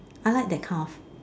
I like that kind of